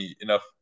enough